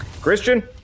Christian